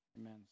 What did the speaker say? Amen